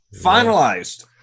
Finalized